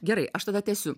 gerai aš tada tęsiu